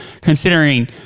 considering